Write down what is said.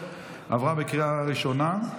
עברה בקריאה ראשונה.